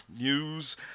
news